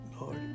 Lord